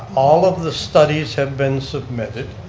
all of the studies have been submitted,